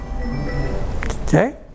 Okay